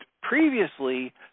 previously